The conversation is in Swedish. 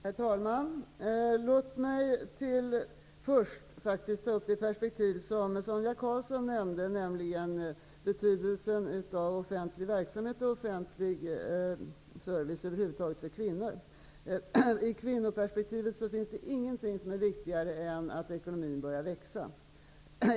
Herr talman! Låt mig först ta upp det perspektiv som Sonia Karlsson nämnde, nämligen betydelsen för kvinnor av offentlig verksamhet och offentlig service. I kvinnoperspektivet finns det ingenting som är viktigare än att ekonomin börjar växa.